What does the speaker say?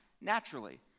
naturally